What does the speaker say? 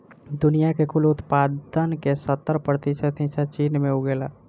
दुनिया के कुल उत्पादन के सत्तर प्रतिशत हिस्सा चीन में उगेला